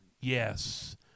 Yes